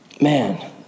Man